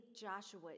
Joshua